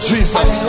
Jesus